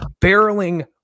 barreling